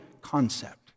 concept